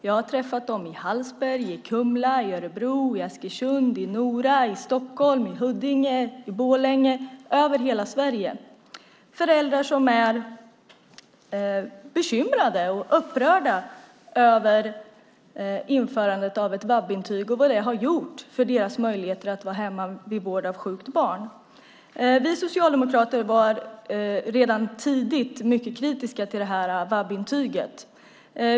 Jag har träffat dem i Hallsberg, i Kumla, i Örebro, i Askersund, i Nora, i Stockholm, i Huddinge, i Borlänge - i hela Sverige. Det är föräldrar som är bekymrade och upprörda över införandet av ett VAB-intyg och vad det har gjort för deras möjligheter att vara hemma för vård av sjukt barn. Vi socialdemokrater var redan tidigt mycket kritiska till det här VAB-intyget.